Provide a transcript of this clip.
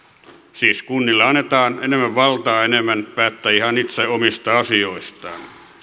siis kunnille annetaan enemmän valtaa päättää enemmän ihan itse omista asioistaan